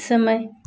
समय